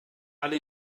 alle